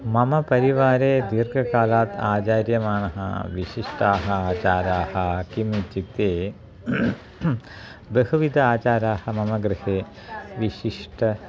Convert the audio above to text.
मम परिवारे दीर्घकालात् आचार्यमाणः विशिष्टाः आचाराः किम् इत्युक्ते बहुविध आचाराः मम गृहे विशिष्ट